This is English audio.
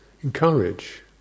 Encourage